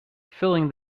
filling